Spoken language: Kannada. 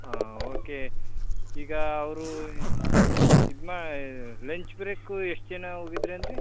ಹಾಂ ಓಕೆ ಈಗ ಅವರು ಇದು ಮಾ ಲಂಚ್ ಬ್ರೇಕು ಎಷ್ಟು ಜನ ಹೋಗಿದ್ದಿರಿ ಅಂದಿರಿ